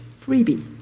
freebie